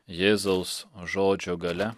jėzaus žodžio galia